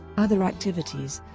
other activities